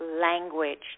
language